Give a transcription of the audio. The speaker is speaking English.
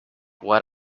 what